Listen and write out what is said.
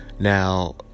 now